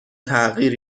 تغییر